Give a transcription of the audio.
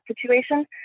situation